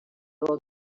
old